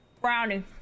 brownie